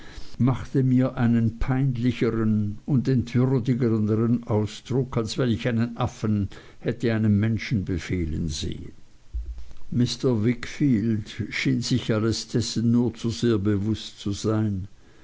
machte mir einen peinlicheren und entwürdigenderen eindruck als wenn ich einen affen hätte einem menschen befehlen sehen mr wickfield schien sich alles dessen nur zu sehr bewußt zu sein